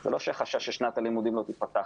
זה לא שיש חשש ששנת הלימודים לא תיפתח,